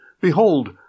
Behold